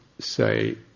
say